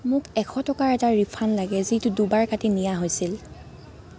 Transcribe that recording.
মোক এশ টকা এটা ৰিফাণ্ড লাগে যিটো দুবাৰ কাটি নিয়া হৈছিল